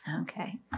Okay